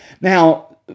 Now